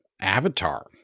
avatar